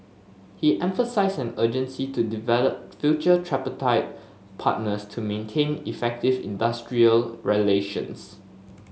he emphasised an urgency to develop future tripartite partners to maintain effective industrial relations